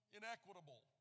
inequitable